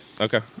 Okay